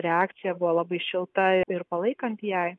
reakcija buvo labai šiltai ir palaikant jei